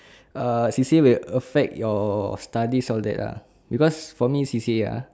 ah she say will affect your studies all that lah because for me she say ah